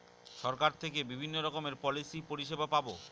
সরকার থেকে বিভিন্ন রকমের পলিসি পরিষেবা পাবো